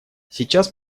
сейчас